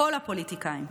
כל הפוליטיקאים,